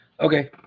Okay